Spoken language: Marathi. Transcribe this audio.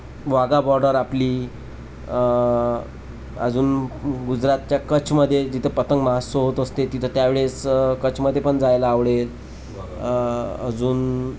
वाघा बॉर्डर आपली अजून गुजरातच्या कच्छमध्ये जिथं पतंग महोत्सव होत असते तिथं त्यावेळेस कच्छमध्ये पण जायला आवडेल अजून